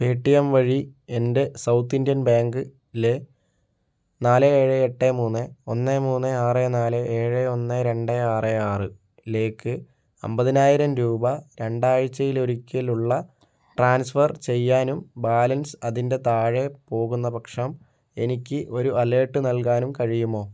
Paytm വഴി എൻ്റെ South Indian Bank ലെ നാല് ഏഴ് എട്ട് മൂന്ന് ഒന്ന് മൂന്ന് ആറ് നാല് ഏഴ് ഒന്ന് രണ്ട് ആറ് ആറ് ലേക്ക് അമ്പതിനായിരം രൂപ രണ്ടാഴ്ചയിലൊരിക്കലുള്ള ട്രാൻസ്ഫർ ചെയ്യാനും ബാലൻസ് അതിൻ്റെ താഴെ പോകുന്നപക്ഷം എനിക്ക് ഒരു അലേർട്ട് നൽകാനും കഴിയുമോ